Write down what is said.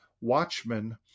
watchmen